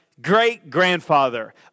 great-grandfather